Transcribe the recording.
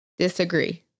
Disagree